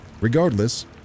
Regardless